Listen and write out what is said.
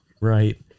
Right